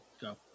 Go